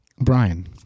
Brian